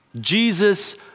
Jesus